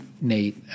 Nate